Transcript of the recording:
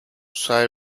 sai